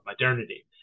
modernity